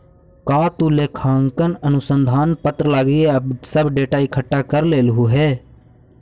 का तु लेखांकन अनुसंधान पत्र लागी सब डेटा इकठ्ठा कर लेलहुं हे?